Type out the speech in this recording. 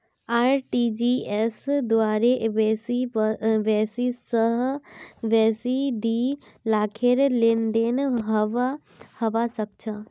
RTGS द्वारे बेसी स बेसी दी लाखेर लेनदेन हबा सख छ